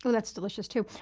that's delicious, too.